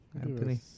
Anthony